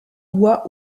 voix